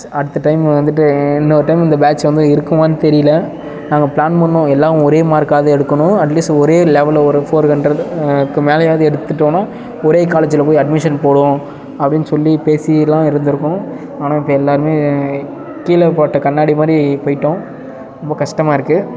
அடுத்த டைம் வந்துட்டு இன்னொரு டைம் இந்த பேட்ச் வந்து இருக்குமானு தெரியல நாங்கள் பிளான் பண்ணோம் எல்லாம் ஒரே மார்க்காது எடுக்கணும் அட்லீஸ்ட் ஒரே லெவல் ஒரு ஃபோர் ஹண்ட்ரட்க்கு மேலேயாவது எடுத்துட்டோன்னா ஒரே காலேஜில் போய் அட்மிஷன் போடுவோம் அப்படினு சொல்லி பேசிலாம் இருந்துருக்கோம் ஆனால் இப்போ எல்லோருமே கீழே போட்ட கண்ணாடி மாதிரி போய்ட்டோம் ரொம்ப கஷ்டமாக இருக்குது